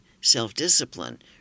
self-discipline